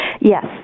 Yes